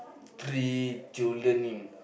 three children name